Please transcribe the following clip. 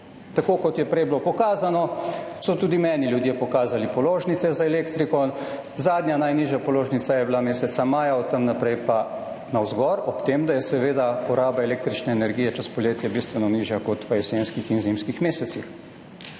Tako kot je bilo prej pokazano, so tudi meni ljudje pokazali položnice za elektriko. Zadnja najnižja položnica je bila meseca maja, od tam naprej pa je šla navzgor, ob tem, da je seveda poraba električne energije čez poletje bistveno nižja kot v jesenskih in zimskih mesecih.